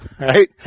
Right